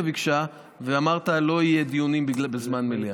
ביקשה ואמרת שלא יהיו דיונים בזמן מליאה.